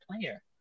player